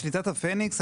בשליטת הפניקס,